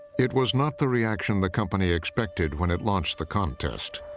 it was not the reaction the company expected when it launched the contest.